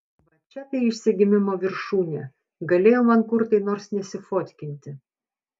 va čia tai išsigimimo viršūnė galėjo mankurtai nors nesifotkinti